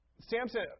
Samson